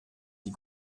die